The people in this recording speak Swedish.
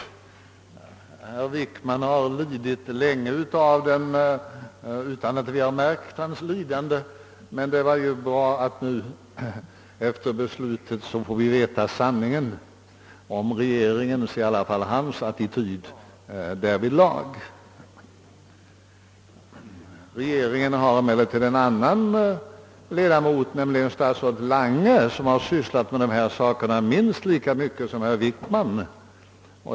Herr Wickman har länge lidit av den utan att vi har märkt hans lidande, men det är ju bra att vi nu efter beslutet får veta sanningen om regeringens eller i alla fall herr Wickmans attityd därvidlag. Regeringen har emellertid en annan ledamot, nämligen statsrådet Lange, som har sysslat med dessa saker minst lika mycket som herr Wickman.